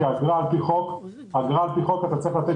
כי באגרה על פי חוק אתה צריך לתת